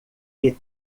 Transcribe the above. que